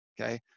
okay